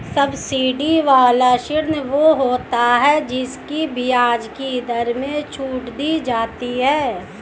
subsidy वाला ऋण वो होता है जिसकी ब्याज की दर में छूट दी जाती है